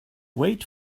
wait